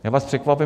Já vás překvapím.